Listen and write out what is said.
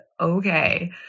okay